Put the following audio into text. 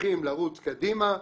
ממשיכים לרוץ קדימה.